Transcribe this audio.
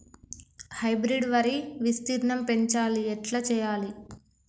Hybrid వరి విస్తీర్ణం పెంచాలి ఎట్ల చెయ్యాలి?